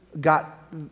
got